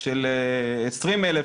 של 20,000,